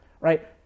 right